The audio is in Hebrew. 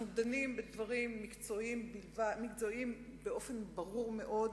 אנחנו דנים בדברים מקצועיים באופן ברור מאוד,